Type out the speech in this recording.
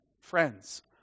Friends